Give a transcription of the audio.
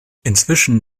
inzwischen